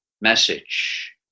message